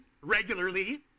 regularly